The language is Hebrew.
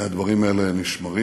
הדברים האלה נשמרים